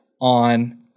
on